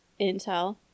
intel